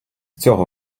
цього